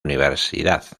universidad